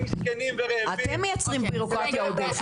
מסכנים ורעבים --- אתם מייצרים בירוקרטיה עודפת.